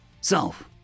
Self